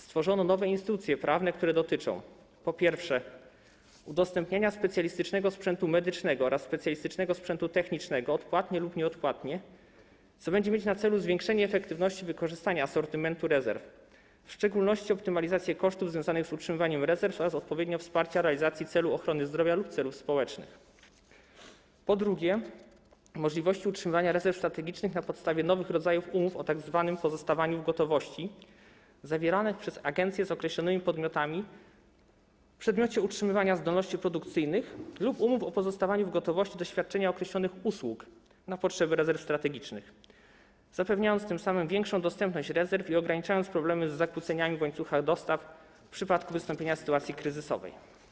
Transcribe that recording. Stworzono nowe instytucje prawne, które dotyczą, po pierwsze, udostępniania specjalistycznego sprzętu medycznego oraz specjalistycznego sprzętu technicznego odpłatnie lub nieodpłatnie, co będzie mieć na celu zwiększenie efektywności wykorzystania asortymentu rezerw, w szczególności optymalizację kosztów związanych z utrzymywaniem rezerw oraz odpowiednio wsparcia realizacji celu ochrony zdrowia lub celów społecznych, a po drugie, możliwości utrzymywania rezerw strategicznych na podstawie nowych rodzajów umów o tzw. pozostawaniu w gotowości zawieranych przez agencję z określonymi podmiotami w przedmiocie utrzymywania zdolności produkcyjnych lub umów o pozostawaniu w gotowości do świadczenia określonych usług na potrzeby rezerw strategicznych, zapewniając tym samym większą dostępność rezerw i ograniczając problemy z zakłóceniami w łańcuchach dostaw w przypadku wystąpienia sytuacji kryzysowej.